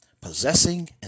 possessing